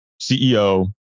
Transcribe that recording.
CEO